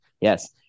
yes